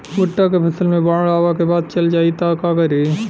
भुट्टा के फसल मे बाढ़ आवा के बाद चल जाई त का करी?